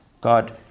God